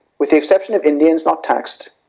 with the exception of indians not taxed,